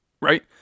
Right